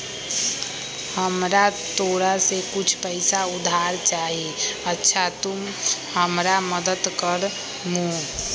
हमरा तोरा से कुछ पैसा उधार चहिए, अच्छा तूम हमरा मदद कर मूह?